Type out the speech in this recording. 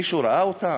מישהו ראה אותה?